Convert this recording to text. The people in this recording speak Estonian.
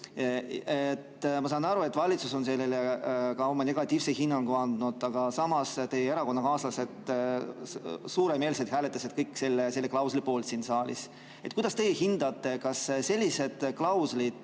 Ma saan aru, et valitsus on sellele ka oma negatiivse hinnangu andnud, aga samas teie erakonnakaaslased hääletasid suuremeelselt kõik selle klausli poolt siin saalis. Kuidas teie hindate, kas sellised klauslid